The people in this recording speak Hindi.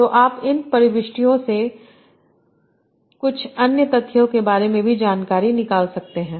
तो आप इन प्रविष्टियों से कुछ अन्य तथ्यों के बारे में भी जानकारी निकाल सकते हैं